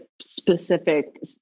specific